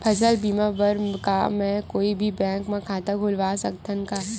फसल बीमा बर का मैं कोई भी बैंक म खाता खोलवा सकथन का?